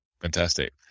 fantastic